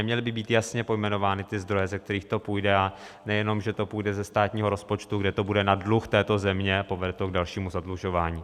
Měly by být jasně pojmenovány zdroje, ze kterých to půjde, a nejenom, že to půjde ze státního rozpočtu, kde to bude na dluh této země a povede to k dalšímu zadlužování.